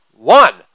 One